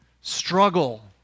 struggle